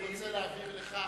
אני רוצה להבהיר לך,